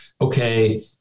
okay